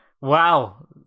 wow